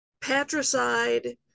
patricide